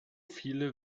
viele